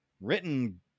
written